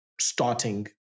starting